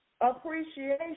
Appreciation